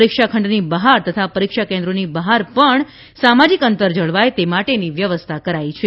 પરીક્ષા ખંડની બહાર તથા પરીક્ષા કેન્દ્રોની બહાર પણ સામાજીક અંતર જળવાય તે માટેની વ્યવસ્થા કરાઇ છે